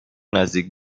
نزدیک